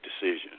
decision